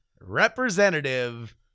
representative